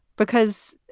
because